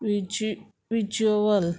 विज्यू visual